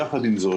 יחד עם זאת,